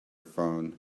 phone